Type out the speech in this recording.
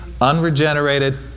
unregenerated